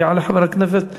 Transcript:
יעלה חבר הכנסת טופורובסקי.